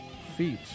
Feet